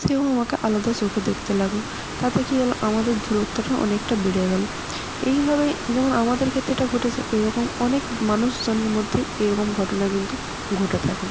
সেও আমাকে আলাদা চোখে দেখতে লাগলো তাতে কী হলো আমাদের দূরত্বটা অনেকটা বেড়ে গেলো এইভাবেই যেমন আমাদের ক্ষেত্রে এটা ঘটেছে এই রকম অনেক মানুষজনের মধ্যে এরকম ঘটনা কিন্তু ঘটে থাকে